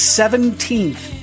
seventeenth